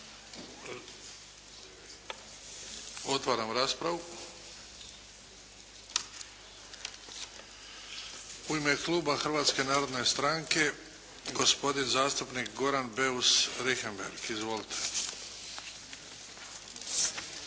Otvaram raspravu. U ime kluba Hrvatske narodne stranke gospodin zastupnik Goran Beus Richembergh. Izvolite.